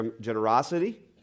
generosity